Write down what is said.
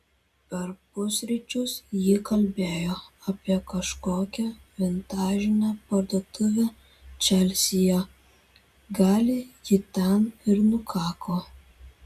per pusryčius ji kalbėjo apie kažkokią vintažinę parduotuvę čelsyje gali ji ten ir nukako